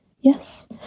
Yes